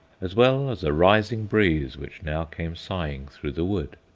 as well as a rising breeze which now came sighing through the wood.